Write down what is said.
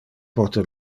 pote